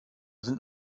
sind